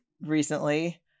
recently